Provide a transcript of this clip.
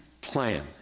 plan